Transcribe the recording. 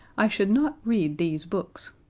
i should not read these books.